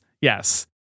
Yes